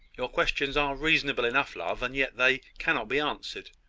your questions are reasonable enough, love, and yet they cannot be answered.